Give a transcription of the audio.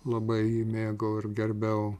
labai mėgau ir gerbiau